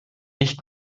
nicht